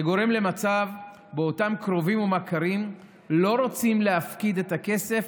זה גורם למצב שבו אותם קרובים ומכרים לא רוצים להפקיד את הכסף,